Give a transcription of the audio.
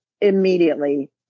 Immediately